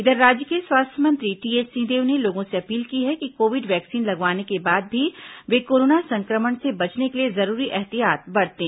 इधर राज्य के स्वास्थ्य मंत्री टीएस सिंहदेव ने लोगों से अपील की है कि कोविड वैक्सीन लगवाने के बाद भी वे कोरोना संक्रमण से बचने के लिए जरूरी ऐहतियात बरतें